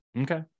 Okay